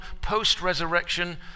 Post-resurrection